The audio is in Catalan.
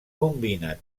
combina